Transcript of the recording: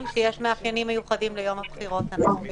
אב בית וכל מי שמועסק על-ידי ועדת הבחירות וגם